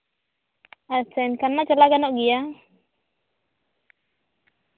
ᱟᱪᱪᱷᱟ ᱮᱱᱠᱷᱟᱱ ᱢᱟ ᱪᱟᱞᱟᱜ ᱜᱟᱱᱚᱜ ᱜᱮᱭᱟ